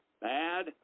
bad